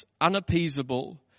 unappeasable